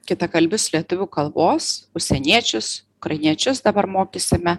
kitakalbius lietuvių kalbos užsieniečius ukrainiečius dabar mokysime